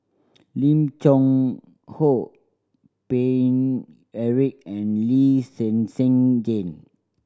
Lim Cheng Hoe Paine Eric and Lee Zhen Zhen Jane